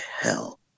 hell